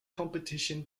competition